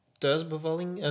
thuisbevalling